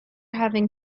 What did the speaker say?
having